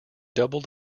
double